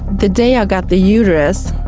the day i got the uterus,